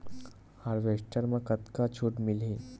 Harvester म कतका छूट मिलही?